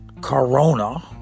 corona